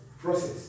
process